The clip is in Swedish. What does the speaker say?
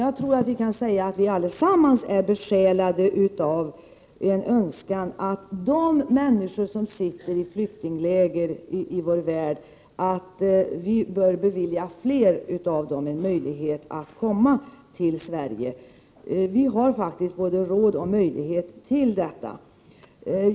Jag tror att vi kan säga att vi allesammans är besjälade av en önskan att ge fler av de människor som sitter i flyktingläger i vår värld möjligheten att komma till Sverige. Vi har faktiskt både råd och möjlighet i övrigt till detta.